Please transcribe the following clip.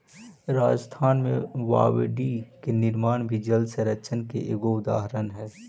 राजस्थान में बावडि के निर्माण भी जलसंरक्षण के एगो उदाहरण हई